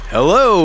Hello